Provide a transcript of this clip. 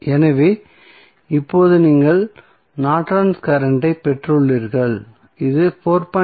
எனவே இப்போது நீங்கள் நார்டன்ஸ் கரண்ட் ஐ Nortons current பெற்றுள்ளீர்கள் இது 4